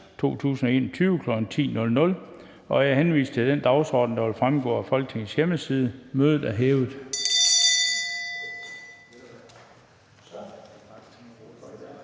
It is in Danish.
2021, kl. 10.00. Jeg henviser til den dagsorden, der vil fremgå af Folketingets hjemmeside. Mødet er hævet.